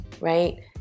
right